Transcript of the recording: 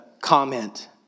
comment